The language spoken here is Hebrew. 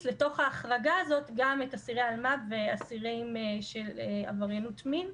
לתוך ההחרגה הזאת גם את אסירי האלמ"ב ואסירים של עבריינות מין,